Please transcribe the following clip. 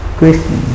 question